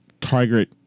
target